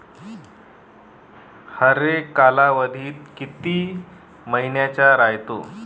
हरेक कालावधी किती मइन्याचा रायते?